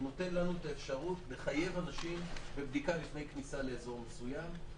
הוא נותן לנו את האפשרות לחייב אנשים בבדיקה לפני כניסה לאזור מסוים,